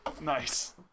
Nice